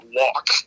walk